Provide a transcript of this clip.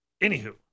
Anywho